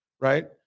right